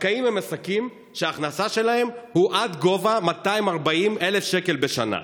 הזכאים הם עסקים שההכנסה שלהם היא עד גובה 240,000 שקל בשנה,